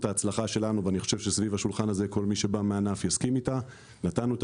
ההצלחה שלנו וכל מי שבא מהענף יסכים נתנו את